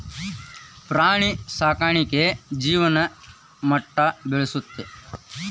ಪ್ರಾಣಿ ಸಾಕಾಣಿಕೆ ಜೇವನ ಮಟ್ಟಾ ಬೆಳಸ್ತತಿ